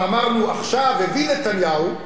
אבל אמרנו: עכשיו הבין נתניהו.